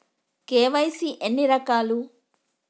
KYC ఎన్ని రకాలు?